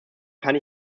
kann